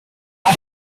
can